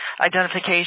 identification